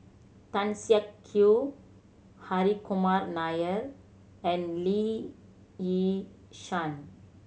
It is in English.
Tan Siak Kew Hri Kumar Nair and Lee Yi Shyan